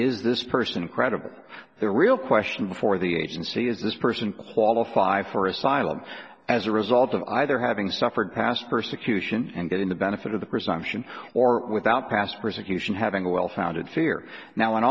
is this person credible the real question for the agency is this person qualified for asylum as a result of either having suffered past persecution and getting the benefit of the presumption or without past persecution having a well founded fear now in